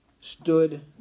stood